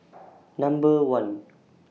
Number one